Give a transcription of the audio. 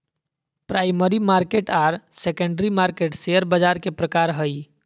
primary market आर secondary market share बाज़ार के प्रकार हइ